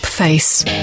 Face